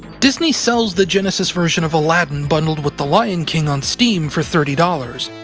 disney sells the genesis version of aladdin bundled with the lion king on steam for thirty dollars,